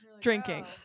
drinking